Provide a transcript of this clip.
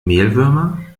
mehlwürmer